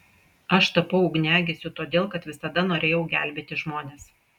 aš tapau ugniagesiu todėl kad visada norėjau gelbėti žmones